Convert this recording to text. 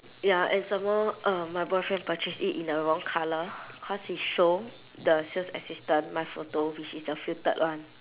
ya and some more um my boyfriend purchased it in the wrong colour cause he show the sales assistant my photo which is the filtered one